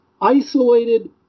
isolated